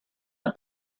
not